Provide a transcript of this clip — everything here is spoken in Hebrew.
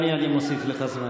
אדוני, אני מוסיף לך זמן.